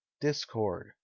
discord